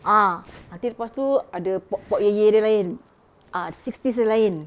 ah nanti lepas tu ada pop pop area dia lain sixties dia lain